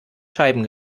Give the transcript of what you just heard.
scheiben